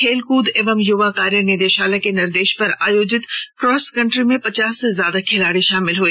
खेलकूद एवं युवाकार्य निदेशालय के निर्देश पर आयोजित क्रॉस कंट्री में पचास से ज्यादा खिलाड़ी शामिल हुए